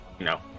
No